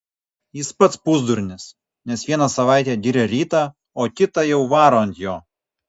jis pats pusdurnis nes vieną savaitę giria rytą o kitą jau varo ant jo